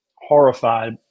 horrified